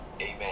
Amen